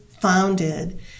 founded